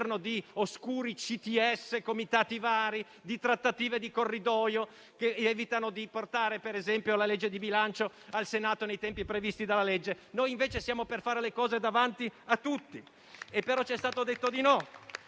di oscuri CTS e comitati vari, di trattative di corridoio che evitano di portare, per esempio, la legge di bilancio al Senato nei tempi previsti. Noi siamo invece per fare le cose davanti a tutti, però ci è stato detto di no.